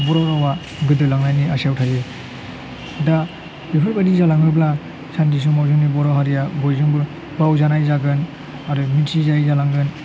बर' रावा गोदोलांनायनि आसायाव थायो दा बेफोरबादि जालाङोब्ला सानसे समाव जोंनि बर' हारिया बयजोंबो बावजानाय जागोन आरो मिथिजायै जालांगोन